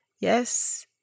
yes